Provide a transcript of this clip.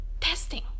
Testing